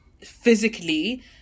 physically